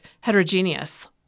heterogeneous